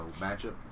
matchup